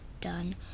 done